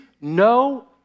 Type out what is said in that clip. no